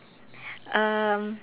um